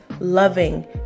loving